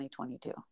2022